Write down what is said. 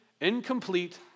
incomplete